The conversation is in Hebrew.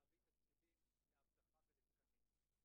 להביא תקציבים לאבטחה ולתקנים.